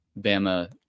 Bama